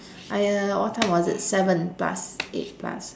I uh what time was it seven plus eight plus